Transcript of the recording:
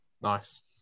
Nice